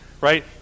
right